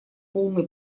полной